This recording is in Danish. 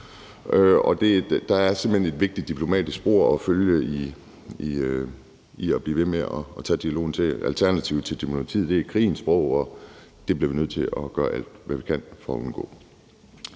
hen et vigtigt diplomatisk spor at følge i at blive ved med at tage dialogen. Alternativet til demokratiet er krigens sprog, og det bliver vi nødt til at gøre alt, hvad vi kan for at undgå.